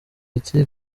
ati